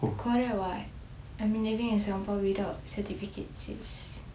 correct what I've been living in singapore without certificates it's